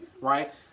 Right